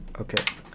Okay